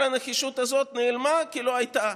כל הנחישות הזאת נעלמה כלא הייתה.